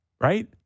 Right